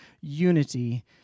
unity